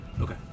Okay